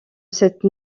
cette